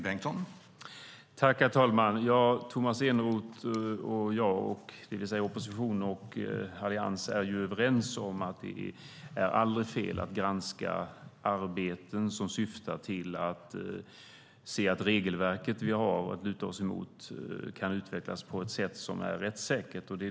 Herr talman! Tomas Eneroth och jag, det vill säga oppositionen och Alliansen, är överens om att det aldrig är fel att granska arbeten som syftar till att regelverket kan utvecklas på ett rättssäkert sätt.